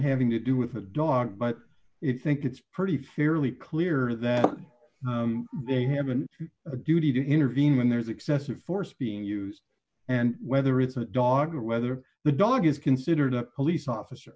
having to do with a dog but it's think it's pretty fairly clear that they haven't a duty to intervene when there's excessive force being used and whether it's a dog or whether the dog is considered a police officer